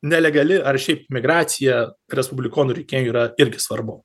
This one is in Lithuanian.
nelegali ar šiaip migracija respublikonų rinkėjui yra irgi svarbu